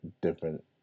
different